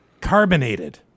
carbonated